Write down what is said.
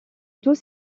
tous